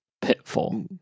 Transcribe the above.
pitfall